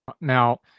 Now